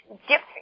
different